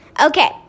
Okay